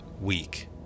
week